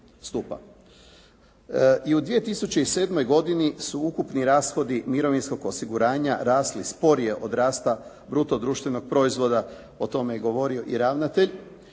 I u 2007. godini su ukupni rashodi mirovinskog osiguranja rasli sporije od rasta bruto društvenog proizvoda. O tome je govorio i ravnatelj.